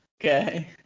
Okay